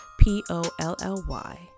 P-O-L-L-Y